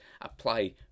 apply